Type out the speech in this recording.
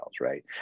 right